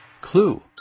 Clue